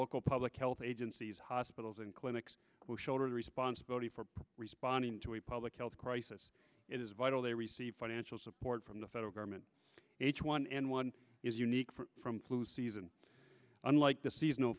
local public health agencies hospitals and clinics shoulder the responsibility for responding to a public health crisis it is vital they receive financial support from the federal government h one n one is unique for flu season unlike the seasonal